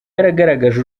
yaragaragaje